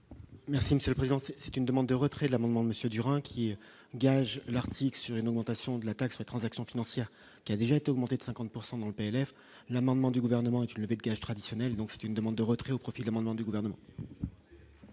Monsieur le Président, c'est une demande de retrait de l'amendement Monsieur Durand qui est gage l'Artic sur une augmentation de la taxe transactions financières qui a déjà été augmenté de 50 pourcent dans le PLF l'amendement du gouvernement et avec traditionnel, donc c'est une demande de retrait au profit de l'amendement du gouvernement.